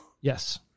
Yes